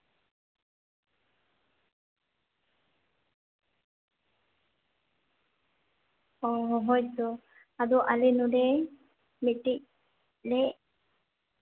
ᱚ ᱦᱳᱭᱛᱳ ᱟᱫᱚ ᱟᱞᱮ ᱱᱚᱸᱰᱮ ᱢᱤᱫᱴᱮᱱ ᱞᱮ